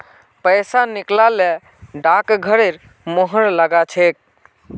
पैसा निकला ल डाकघरेर मुहर लाग छेक